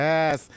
Yes